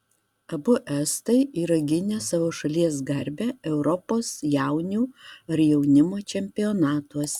abu estai yra gynę savo šalies garbę europos jaunių ar jaunimo čempionatuose